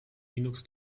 linux